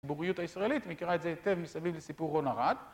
בריאות הישראלית, נקרא את זה תם מסביב לסיפור רון ארד.